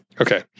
Okay